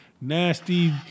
Nasty